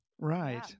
Right